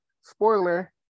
spoiler